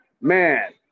man